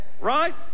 Right